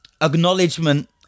acknowledgement